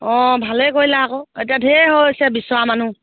অঁ ভালেই কৰিলা আকৌ এতিয়া ধেৰ হৈছে বিচৰা মানুহ